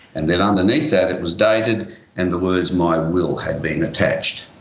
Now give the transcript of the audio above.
and then underneath that it was dated and the words my will had been attached.